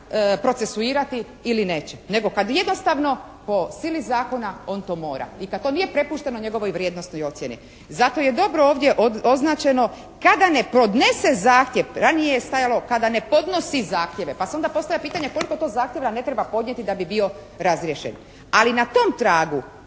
procesuirati ili neće, nego kad jednostavno po sili zakona on to mora i kad to nije prepušteno njegovoj vrijednosti i ocjeni. Zato je dobro ovdje određeno kada ne podnese zahtjev, ranije je stajalo kada ne podnosi zahtjeve, pa se onda postavlja pitanje koliko to zahtjeva ne treba podnijeti da bi bio razriješen. Ali na tom tragu